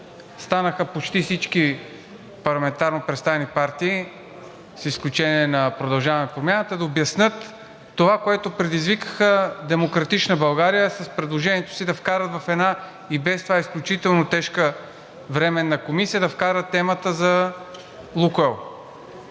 Станаха почти всички парламентарно представени партии, с изключение на „Продължаваме Промяната“, да обяснят това, което предизвикаха „Демократична България“ с предложението си да вкарат в една и без това изключително тежка Временна комисия темата за „Лукойл“.